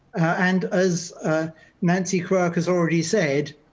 and as nancy quirk has already said,